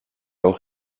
auch